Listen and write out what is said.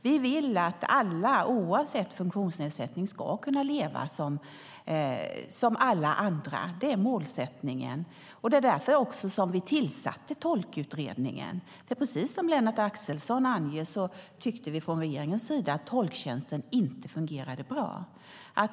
Vi vill att alla, oavsett funktionsnedsättning, ska kunna leva som alla andra. Det är målsättningen. Det var därför som vi tillsatte Tolktjänstutredningen, för precis som Lennart Axelsson anger tyckte även vi från regeringens sida att tolktjänsten inte fungerade bra.